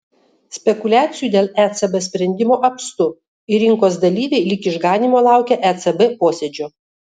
spekuliacijų dėl ecb sprendimo apstu ir rinkos dalyviai lyg išganymo laukia ecb posėdžio